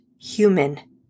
human